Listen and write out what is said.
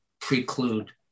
preclude